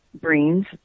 greens